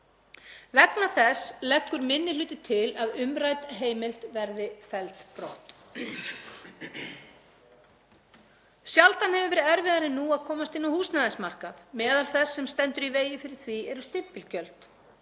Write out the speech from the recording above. Vegna þess leggur 2. minni hluti til að umrædd heimild verði felld brott. Sjaldan hefur verið erfiðara en nú að komast inn á húsnæðismarkað. Meðal þess sem stendur í vegi fyrir því eru stimpilgjöld.